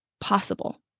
possible